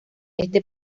este